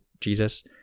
Jesus